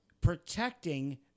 protecting